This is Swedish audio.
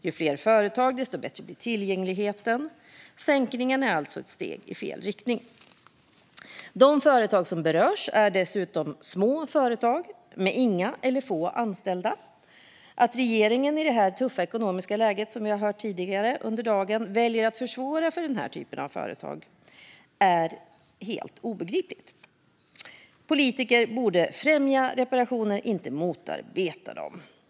Ju fler företag desto bättre blir tillgängligheten. Sänkningen är alltså ett steg i fel riktning. De företag som berörs är dessutom små företag med inga eller få anställda. Att regeringen i detta tuffa ekonomiska läge, som vi har hört om tidigare under dagen, väljer att försvåra för den här typen av företag är helt obegripligt. Politiker borde främja reparationer, inte motarbeta dem.